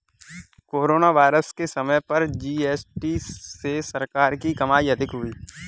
corona virus के समय पर जी.एस.टी से सरकार की कमाई अधिक हुई